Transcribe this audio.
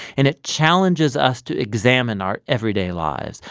and it challenges us to examine our everyday lives.